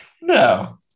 no